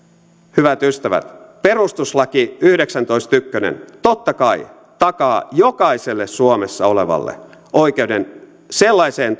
hyvät ystävät perustuslaki yhdeksäntoista piste yksi totta kai takaa jokaiselle suomessa olevalle oikeuden sellaiseen